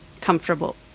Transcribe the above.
comfortable